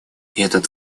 этот